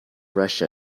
russia